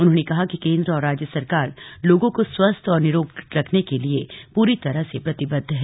उन्होंने कहा कि केन्द्र और राज्य सरकार लोगों को स्वस्थ और निरोगी रखने के लिए प्ररी तरह से प्रतिबद्ध है